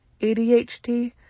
ADHD